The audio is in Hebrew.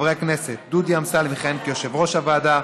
חברי הכנסת דוד אמסלם יכהן כיושב-ראש הוועדה,